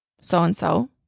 so-and-so